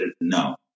no